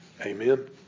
amen